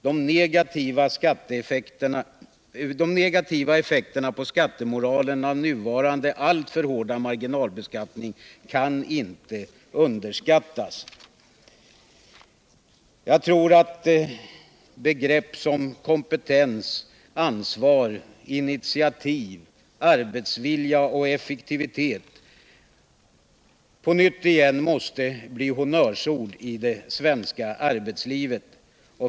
De negativa effekterna på skattemoralen av nuvarande alltför hårda marginalbeskattning kan inte underskattas. Jag tror att begrepp som kompetens, ansvar, initiativ, arbetsvilja och effektivitet på nytt måste bli honnörsord i det svenska arbetslivet.